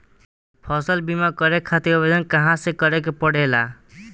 फसल बीमा करे खातिर आवेदन कहाँसे करे के पड़ेला?